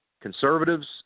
conservatives